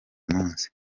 munsi